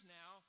now